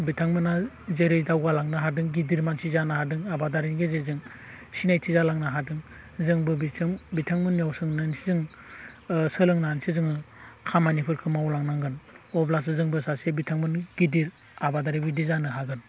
बिथांमोनहा जेरै दावगा लांनो हादों गिदिर मानसि जानो हादों आबादारिनि गेजेरजों सिनायथि जालांनो हादों जोंबो बिजों बिथांमोननियाव सोंनानैसो जों सोलोंनानैसो जोङो खामानिफोरखौ मावलां नांगोन अब्लासो जोंबो सासे बिथांमोननि गिदिर आबादारिबायदि जानो हागोन